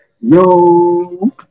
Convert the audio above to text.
yo